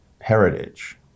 heritage